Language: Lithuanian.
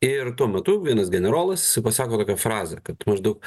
ir tuo metu vienas generolas pasako tokią frazę kad maždaug